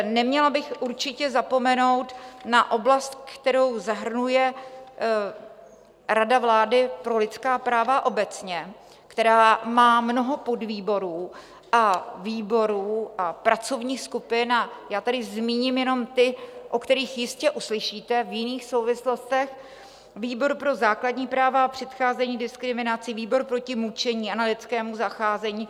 Neměla bych určitě zapomenout na oblast, kterou zahrnuje Rada vlády pro lidská práva obecně, která má mnoho podvýborů a výborů a pracovních skupin, a já tady zmíním jenom ty, o kterých jistě uslyšíte v jiných souvislostech: výbor pro základní práva a předcházení diskriminaci, výbor proti mučení a nelidskému zacházení.